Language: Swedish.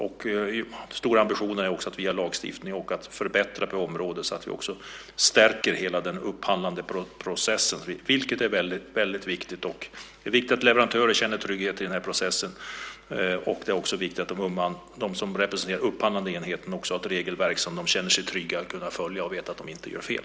Min stora ambition är att via lagstiftning förbättra på området så att vi stärker hela den upphandlande processen, vilket är väldigt viktigt. Det är viktigt att leverantörerna känner trygghet i den här processen. Men det är också viktigt att de som representerar upphandlande enheter har ett regelverk som gör att de känner sig trygga och vet att de inte gör fel.